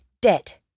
Debt